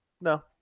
no